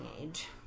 age